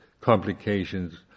complications